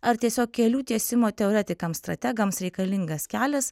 ar tiesiog kelių tiesimo teoretikams strategams reikalingas kelias